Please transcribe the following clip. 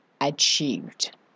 achieved